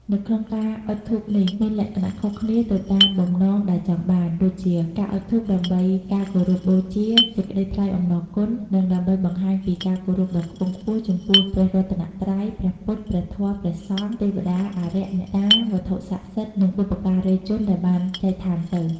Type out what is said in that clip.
នៅក្នុងការអុជធូបនេះ មានលក្ខណៈខុសគ្នា ទៅតាមបំណងដែលចង់បាន ដូចជា ការអុជធូបដើម្បីការគោរពបូជា សេចក្ដីថ្លែងអំណរគុណ និង ដើម្បីបង្ហាញពី ការគោរពដ៏ខ្ពង់ខ្ពស់ ចំពោះព្រះរតនត្រ័យ ព្រះពុទ្ធ ព្រះធម៌ ព្រះសង្ឃ ទេវតា អារក្ស អ្នកតា វត្ថុស័ក្តិសិទ្ធិ និងបុព្វការីជនដែលបានចែកឋានទៅ។។